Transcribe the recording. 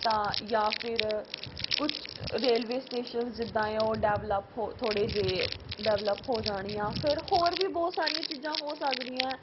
ਤਾਂ ਜਾਂ ਫਿਰ ਕੁਛ ਰੇਲਵੇ ਸਟੇਸ਼ਨਸ ਜਿੱਦਾਂ ਉਹ ਡੈਵਲੇਪ ਹੋ ਥੋੜ੍ਹੇ ਜਿਹੇ ਡੈਵਲੇਪ ਹੋ ਜਾਣ ਜਾਂ ਫਿਰ ਹੋਰ ਵੀ ਬਹੁਤ ਸਾਰੀਆਂ ਚੀਜ਼ਾਂ ਹੋ ਸਕਦੀਆਂ